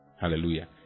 Hallelujah